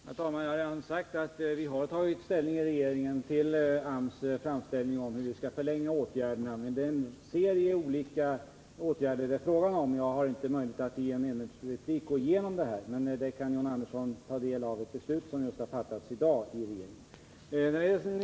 Herr talman! Jag har redan sagt att regeringen har tagit ställning till AMS framställning om hur vi skall förlänga åtgärderna. Men det är fråga om en serie åtgärder, och jag har inte möjlighet att här gå igenom dem. John Andersson kan emellertid ta del av ett beslut som just i dag har fattats i regeringen.